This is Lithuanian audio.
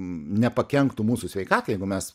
nepakenktų mūsų sveikatai jeigu mes